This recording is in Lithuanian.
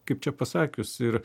kaip čia pasakius ir